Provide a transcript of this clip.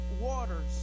waters